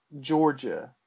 Georgia